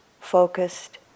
focused